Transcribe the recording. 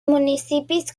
municipis